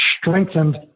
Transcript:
strengthened